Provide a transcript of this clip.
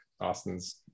Austin's